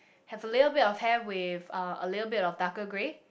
have a little bit of hair with uh a little bit of darker grey